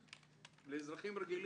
לאזרחים רגילים,